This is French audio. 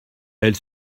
elle